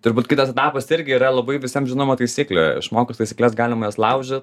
turbūt kitas etapas irgi yra labai visiem žinoma taisyklė išmokus taisykles galima jas laužyt